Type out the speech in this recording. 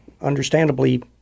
understandably